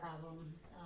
problems